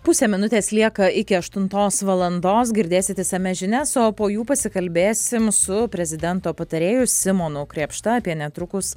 pusė minutės lieka iki aštuntos valandos girdėsite išsamias žinias o po jų pasikalbėsim su prezidento patarėju simonu krėpšta apie netrukus